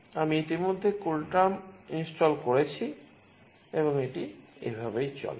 আমি ইতিমধ্যে কুলটার্ম ইনস্টল করেছি এবং এটি এভাবেই চলে